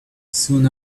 soon